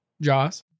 Jaws